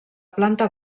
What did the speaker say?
planta